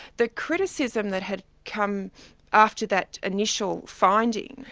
the criticism that had come after that initial finding.